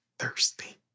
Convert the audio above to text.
Thirsty